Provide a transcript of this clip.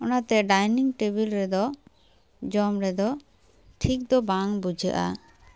ᱚᱱᱟ ᱛᱮ dining table ᱨᱮᱫᱚ ᱡᱚᱢ ᱨᱮᱫᱚ ᱴᱷᱤᱠ ᱫᱚ ᱵᱟᱝ ᱵᱩᱡᱷᱟᱹᱜᱼᱟ